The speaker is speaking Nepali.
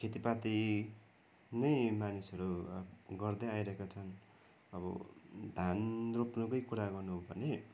खेति पाती नै मानिसहरू गर्दै आइरहेका छन् अब धान रोप्नुकै कुरा गर्नु हो भने